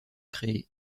créé